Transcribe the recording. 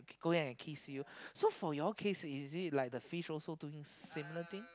going and kiss you so for your case is it like the fish also doing similar things